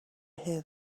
hear